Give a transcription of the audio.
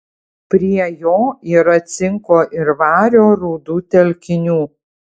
prie jo yra cinko ir vario rūdų telkinių